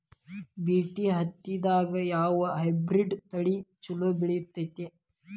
BT ಹತ್ತಿದಾಗ ಯಾವ hybrid ತಳಿ ಛಲೋ ಬೆಳಿತೈತಿ?